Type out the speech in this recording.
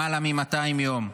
למעלה מ-200 יום.